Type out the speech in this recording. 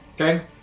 Okay